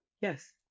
yes